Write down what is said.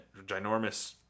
ginormous